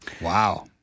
Wow